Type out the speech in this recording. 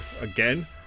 again